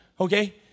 okay